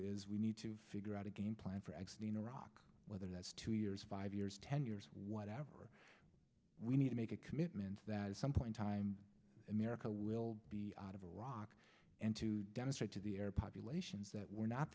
is we need to figure out a game plan for iraq whether that's two years five years ten years whatever we need to make a commitment that some point time america will be out of iraq and to demonstrate to the air populations that we're not